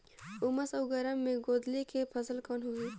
उमस अउ गरम मे गोंदली के फसल कौन होही?